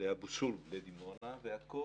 לאבו סולב בדימונה, והכול